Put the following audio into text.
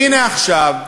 והנה, עכשיו,